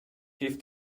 heeft